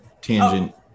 Tangent